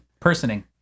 personing